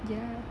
ya